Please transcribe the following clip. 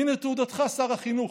הינה תעודתך, שר החינוך: